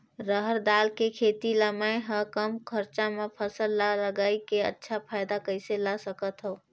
रहर दाल के खेती ला मै ह कम खरचा मा फसल ला लगई के अच्छा फायदा कइसे ला सकथव?